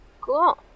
Cool